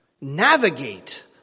navigate